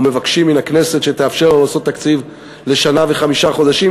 או מבקשים מן הכנסת שתאפשר לנו לעשות תקציב לשנה וחמישה חודשים,